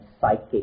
psychic